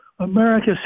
America